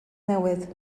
newydd